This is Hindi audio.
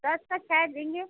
दस का छ देंगे